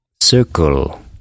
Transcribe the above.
circle